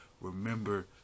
Remember